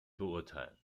beurteilen